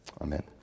amen